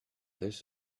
this